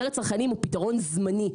מרד צרכנים הוא פתרון זמני,